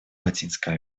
латинской